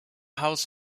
haus